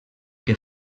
que